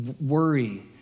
worry